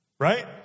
Right